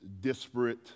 disparate